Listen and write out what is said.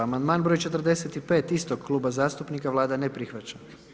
Amandman broj 45 istog kluba zastupnika, Vlada ne prihvaća.